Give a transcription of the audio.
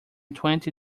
twenty